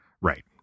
Right